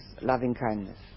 loving-kindness